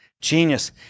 Genius